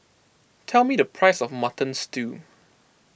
tell me the price of Mutton Stew